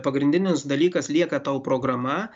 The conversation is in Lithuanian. pagrindinis dalykas lieka tau programa